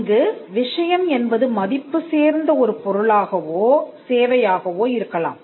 இங்கு விஷயம் என்பது மதிப்பு சேர்ந்த ஒரு பொருளாகவோ சேவையாகவோ இருக்கலாம்